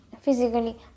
physically